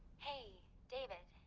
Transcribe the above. hey, david.